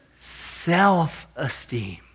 self-esteem